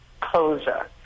Closure